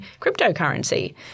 cryptocurrency